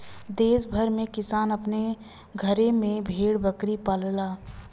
देस भर में किसान अपने घरे में भेड़ बकरी पालला